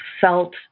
felt